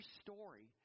story